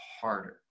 harder